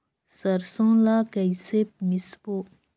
सरसो ला कइसे मिसबो?